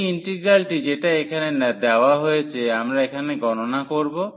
এই ইন্টিগ্রালটি যেটা এখানে দেওয়া রয়েছে আমরা এখানে গণনা করব